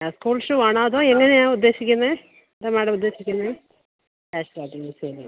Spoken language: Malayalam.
സ്കൂൾ ഷൂ ആണോ അതോ എങ്ങനെയാണ് ഉദ്ദേശിക്കുന്നത് എന്താണ് മാഡം ഉദ്ദേശിക്കുന്നത് കാഷ്വൽ ആയിട്ട് യൂസ് ചെയ്യാനായിരുന്നു